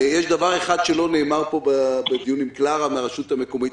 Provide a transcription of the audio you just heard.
יש דבר אחד שלא נאמר פה בדיון עם קלרה חן מן הרשויות המקומיות.